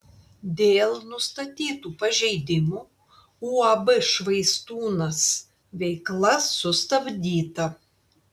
dėl nustatytų pažeidimų uab švaistūnas veikla sustabdyta